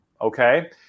Okay